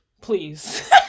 please